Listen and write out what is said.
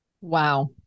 wow